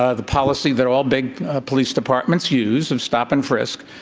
ah the policy that all big police departments use of stop and frisk.